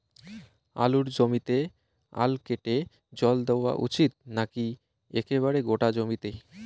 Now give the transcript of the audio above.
আলুর জমিতে আল কেটে জল দেওয়া উচিৎ নাকি একেবারে গোটা জমিতে?